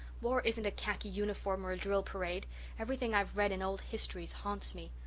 war isn't a khaki uniform or a drill parade everything i've read in old histories haunts me.